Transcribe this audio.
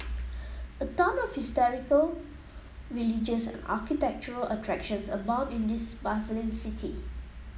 a ton of historical religious and architectural attractions abound in this bustling city